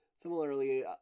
Similarly